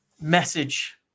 message